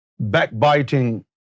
Backbiting